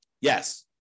Yes